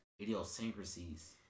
idiosyncrasies